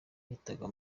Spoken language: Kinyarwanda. nitaga